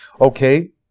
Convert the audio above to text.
Okay